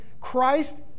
Christ